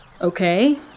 Okay